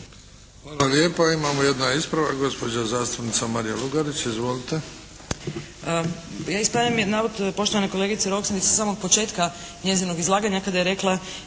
Hvala lijepa. Imamo jedan ispravak, gospođa zastupnica Marija Lugarić. Izvolite. **Lugarić, Marija (SDP)** Ja ispravljam navod poštovane kolegice Roksandić sa samog početka njezinog izlaganja kada je rekla